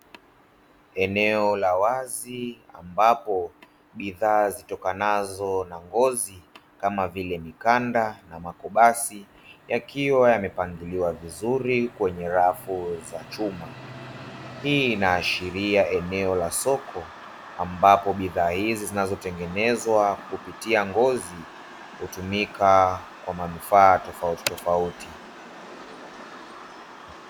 Eneo ya wazi ambapo bidhaa zitokanazo na ngozi kama vile mikanda na makobasi yakiwa yamepangiliwa vizuri kwenye rafu za chuma, hii inaashiria eneo la soko ambopo bidhaa hizi zinazotengenezwa kupitia ngozi hutumika kwa manufaa tofauti tofauti.